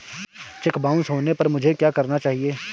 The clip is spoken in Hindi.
चेक बाउंस होने पर मुझे क्या करना चाहिए?